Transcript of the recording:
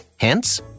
Hence